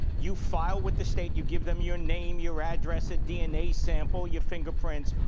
you file with the state, you give them your name, your address, a dna sample, your fingerprints,